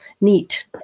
neat